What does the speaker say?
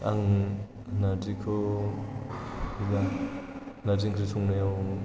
आं नारजिखौ नारजि ओंख्रि संनायाव